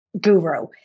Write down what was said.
guru